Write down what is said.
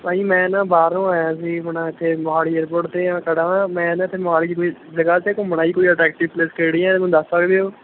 ਭਾਅ ਜੀ ਮੈਂ ਨਾ ਬਾਹਰੋਂ ਆਇਆ ਸੀ ਆਪਣਾ ਇੱਥੇ ਮੋਹਾਲੀ ਏਅਰਪੋਰਟ 'ਤੇ ਖੜਾ ਹਾਂ ਮੈਂ ਨਾ ਇੱਥੇ ਮੋਹਾਲੀ 'ਚ ਕੋਈ ਜਗ੍ਹਾ 'ਤੇ ਘੁੰਮਣਾ ਜੀ ਕੋਈ ਅਟ੍ਰੈਕਟਿਵ ਪੈਲੇਸ ਕਿਹੜੀ ਹੈ ਮੈਨੂੰ ਦੱਸ ਸਕਦੇ ਹੋ